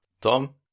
Tom